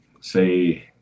say